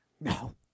No